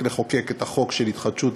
לחוקק את החוק של התחדשות עירונית.